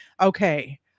okay